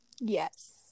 Yes